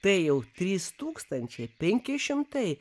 tai jau trys tūkstančiai penki šimtai